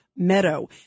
Meadow